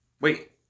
Wait